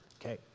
Okay